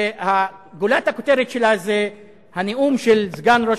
שגולת הכותרת שלה היא הנאום של סגן ראש